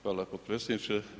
Hvala potpredsjedniče.